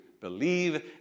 believe